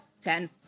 Ten